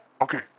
Okay